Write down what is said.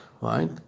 Right